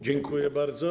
Dziękuję bardzo.